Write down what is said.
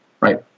right